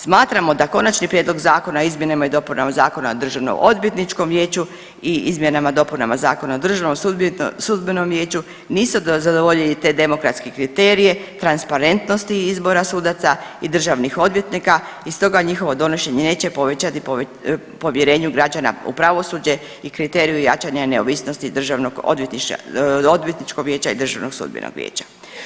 Smatramo da Konačni prijedlog zakona o izmjenama i dopunama Zakona o Državnoodvjetničkom vijeću i izmjenama i dopunama Zakona o Državnom sudbenom vijeću nisu zadovoljili te demokratske kriterije transparentnosti izbora sudaca i državnih odvjetnika i stoga njihovo donošenje neće povećati povjerenju građana u pravosuđe i kriteriju jačanja neovisnosti Državnoodvjetničkog vijeća i Državnog sudbenog vijeća.